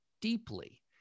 deeply